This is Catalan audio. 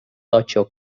totxo